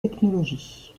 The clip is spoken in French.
technology